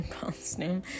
costume